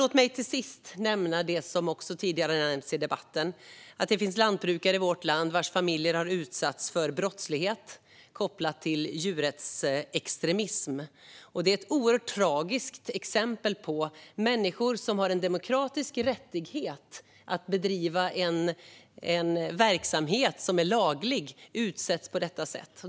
Låt mig till sist nämna något som nämnts tidigare i debatten. Det finns lantbrukare i vårt land vars familjer har utsatts för brottslighet kopplad till djurrättsextremism. Det är oerhört tragiskt att människor som har en demokratisk rättighet att bedriva en verksamhet som är laglig utsätts på detta sätt.